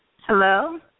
Hello